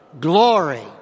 Glory